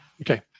Okay